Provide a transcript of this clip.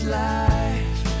life